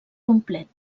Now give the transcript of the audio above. complet